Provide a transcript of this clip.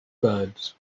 birds